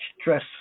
stress